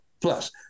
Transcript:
plus